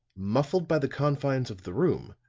muffled by the confines of the room,